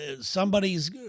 Somebody's